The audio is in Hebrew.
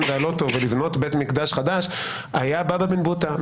והלא טוב ולבנות בית מקדש חדש היה בבא בן בוטא,